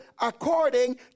according